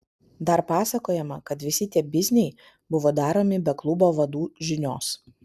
dar pasakojama kad visi tie bizniai buvo daromi be klubo vadų žinios